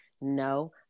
No